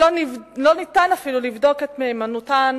שלא ניתן אפילו לבדוק את מהימנותן